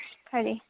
खरी